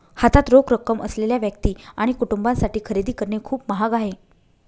हातात रोख रक्कम असलेल्या व्यक्ती आणि कुटुंबांसाठी खरेदी करणे खूप महाग आहे